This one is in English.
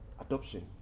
Adoption